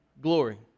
glory